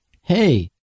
Hey